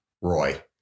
Roy